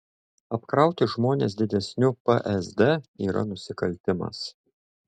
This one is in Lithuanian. apkrauti žmones didesniu psd yra nusikaltimas